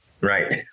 Right